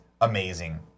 amazing